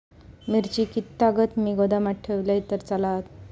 मिरची कीततागत मी गोदामात ठेवलंय तर चालात?